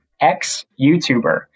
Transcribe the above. ex-YouTuber